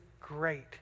great